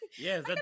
Yes